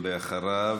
ואחריו,